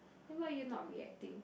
then why are you not reacting